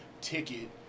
ticket